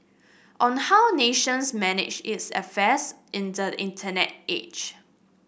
on how nations manage its affair in the Internet age